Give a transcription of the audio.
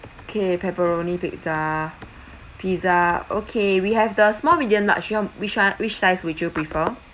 okay pepperoni pizza pizza okay we have the small medium large you want which [one] which size would you prefer